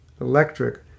electric